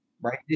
right